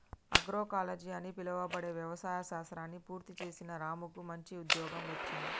agroecology అని పిలువబడే వ్యవసాయ శాస్త్రాన్ని పూర్తి చేసిన రాముకు మంచి ఉద్యోగం వచ్చింది